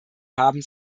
haben